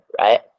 Right